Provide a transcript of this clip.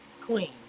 queen